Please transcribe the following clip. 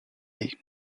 nés